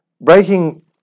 breaking